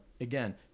Again